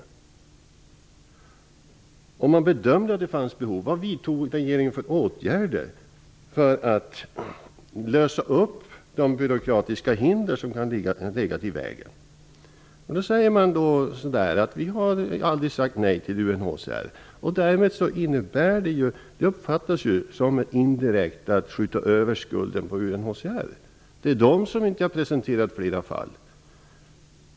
Om regeringen bedömde att det fanns behov för flera kan man fråga sig vad regeringen vidtog för åtgärder för att lösa upp de byråkratiska hinder som kan ha legat i vägen. Regeringen säger att den aldrig har sagt nej till UNHCR. Det uppfattas ju som att indirekt skjuta över skulden på UNHCR. Det är de som inte har presenterat flera fall.